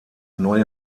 neue